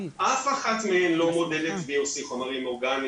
אנשים מתלוננים על מטרדי ריח מאוד חמורים שגורמים